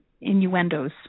innuendos